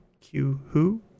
Q-Who